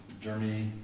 Germany